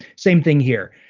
same thing here.